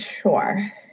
Sure